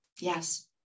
Yes